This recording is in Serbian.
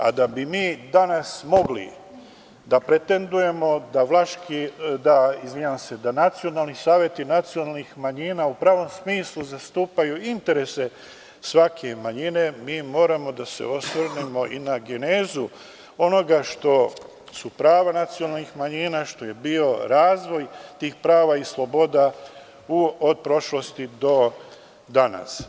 Da bi mi danas mogli da pretendujemo da nacionalni saveti nacionalnih manjina u pravom smislu zastupaju interese svake manjine, mi moramo da se osvrnemo i na genezu onoga što su prava nacionalnih manjina, što je bio razvoj tih prava i sloboda od prošlosti do danas.